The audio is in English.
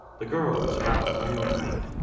the girl was about my own height.